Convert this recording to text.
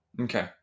Okay